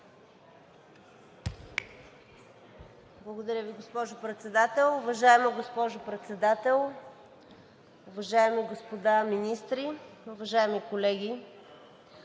Благодаря Ви, госпожо Председател. Уважаема госпожо Председател, уважаеми господа министри, уважаеми колеги!